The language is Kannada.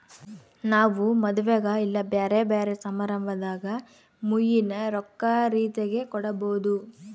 ನಾವು ಮದುವೆಗ ಇಲ್ಲ ಬ್ಯೆರೆ ಬ್ಯೆರೆ ಸಮಾರಂಭದಾಗ ಮುಯ್ಯಿನ ರೊಕ್ಕ ರೀತೆಗ ಕೊಡಬೊದು